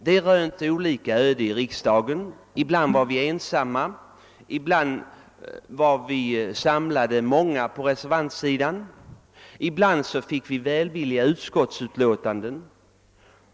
Dessa krav rönte olika öden i riksdagen; ibland var vi ensamma, ibland var vi många på reservantsidan, ibland skrevs välvilliga utskottsutlåtanden.